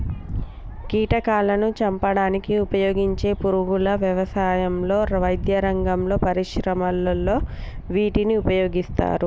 కీటకాలాను చంపడానికి ఉపయోగించే పురుగుల వ్యవసాయంలో, వైద్యరంగంలో, పరిశ్రమలలో వీటిని ఉపయోగిస్తారు